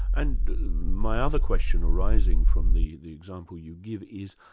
and my other question arising from the the example you give is,